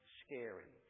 scary